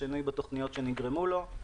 השינוי שנגרמו לו.